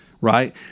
right